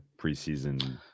preseason